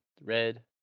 red